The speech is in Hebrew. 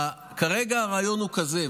כרגע הרעיון הוא כזה,